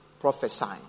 prophesying